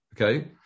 Okay